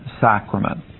sacrament